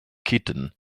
kitten